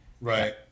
Right